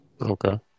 okay